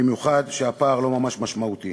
במיוחד כשהפער לא ממש משמעותי.